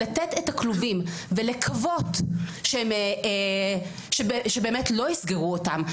לתת את הכלובים ולקוות שבאמת לא יסגרו אותן,